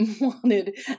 wanted